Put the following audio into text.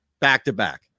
back-to-back